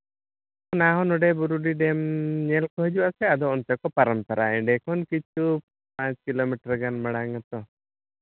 ᱚᱱᱟᱦᱚᱸ ᱱᱚᱸᱰᱮ ᱵᱩᱨᱩᱰᱤ ᱰᱮᱢ ᱧᱮᱞ ᱠᱚ ᱦᱤᱡᱩᱜᱼᱟ ᱥᱮ ᱟᱫᱚ ᱚᱱᱛᱮ ᱠᱚ ᱯᱟᱨᱚᱢ ᱛᱚᱨᱟᱜᱼᱟ ᱮᱸᱰᱮᱠᱷᱚᱱ ᱠᱤᱪᱷᱩ ᱯᱟᱸᱪ ᱠᱤᱞᱳ ᱢᱤᱴᱟᱨ ᱜᱟᱱ ᱢᱟᱲᱟᱝ ᱟᱛᱚ